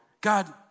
God